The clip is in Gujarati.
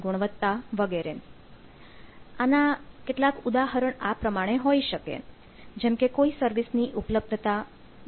875 છે